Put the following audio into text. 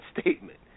statement